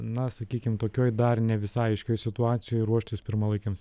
na sakykim tokioj dar ne visai aiškioj situacijoj ruoštis pirmalaikiams